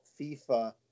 FIFA